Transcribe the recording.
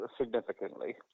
Significantly